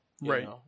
Right